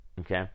okay